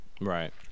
Right